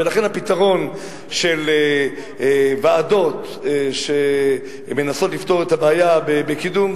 ולכן הפתרון של ועדות שמנסות לפתור את הבעיה בקידום,